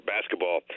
Basketball